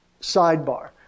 sidebar